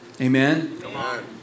Amen